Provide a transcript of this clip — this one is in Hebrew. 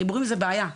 חיבורים זה בעיה,